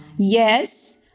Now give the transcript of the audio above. Yes